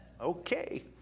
okay